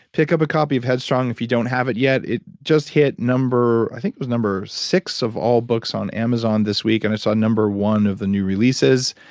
pick up a copy of headstrong if you don't have it yet. it just hit number, i think, it was number six of all books on amazon this week, and it's on number one of the new releases,